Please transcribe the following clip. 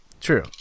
True